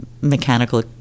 mechanical